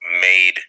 made